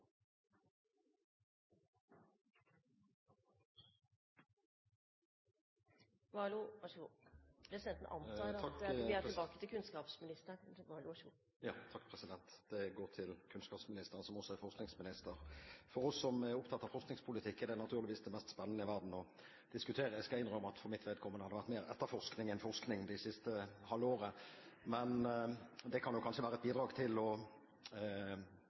Presidenten antar at vi skal tilbake til kunnskapsministeren. Ja, president, mitt spørsmål går til kunnskapsministeren, som også er forskningsminster. For oss som er opptatt av forskningspolitikken, er det naturligvis det mest spennende å diskutere. Jeg skal innrømme at for mitt vedkommende har det vært mer etterforskning enn forskning det siste halve året. Det kan kanskje være et bidrag til å